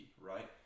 right